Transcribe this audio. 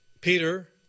Peter